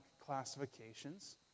classifications